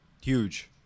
Huge